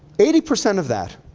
eighty percent of that,